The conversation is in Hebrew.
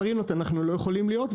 אנחנו לא יכולים להיות במרינות,